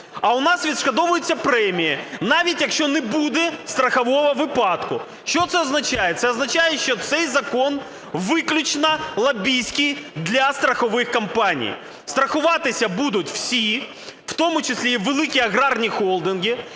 а у нас відшкодовуються премії, навіть якщо не буде страхового випадку. Що це означає? Це означає, що цей закон виключно лобістський для страхових компаній. Страхуватися будуть всі, в тому числі і великі аграрні холдинги,